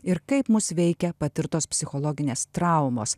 ir kaip mus veikia patirtos psichologinės traumos